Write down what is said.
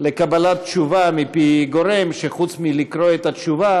לקבלת תשובה מפי גורם שחוץ מלקרוא את התשובה,